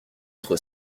trop